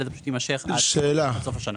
אלא זה פשוט יימשך עד סוף השנה.